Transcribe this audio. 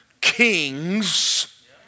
kings